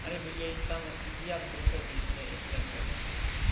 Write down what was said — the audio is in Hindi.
अरे भैया इतना मत कीजिए आप दौ सौ बीस में डन कर दीजिए